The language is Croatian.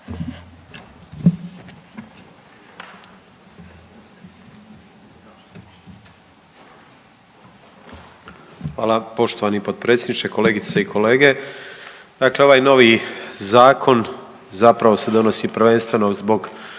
Hvala poštovani potpredsjedniče, kolegice i kolege. Dakle, ovaj novi zakon zapravo se donosi prvenstveno zbog